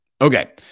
Okay